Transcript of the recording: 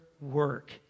work